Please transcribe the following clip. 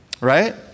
Right